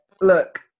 look